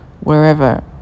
wherever